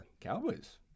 Cowboys